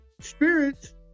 Spirits